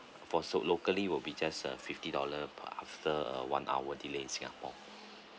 for so locally will be just a fifty dollar per after a one hour delay in singapore